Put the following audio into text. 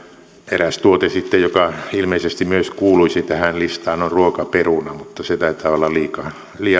eräs tuote joka ilmeisesti myös kuuluisi tähän listaan on ruokaperuna mutta se taitaa olla liian